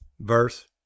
verse